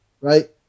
right